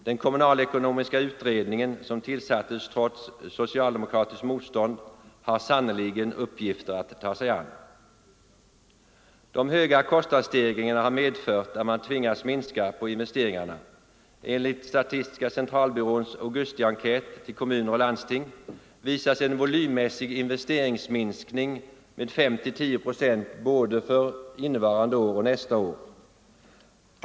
Den kommunal-ekonomiska utredningen, som till sattes trots socialdemokratiskt motstånd, har sannerligen uppgifter att ta sig an. De höga kostnadsstegringarna har medfört att man tvingats minska på investeringarna. Enligt SCB:s augustienkät till kommuner och landsting visas en volymmässig investeringsminskning med 5-10 procent både för 1974 och 1975.